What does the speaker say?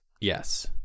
Yes